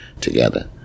together